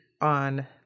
on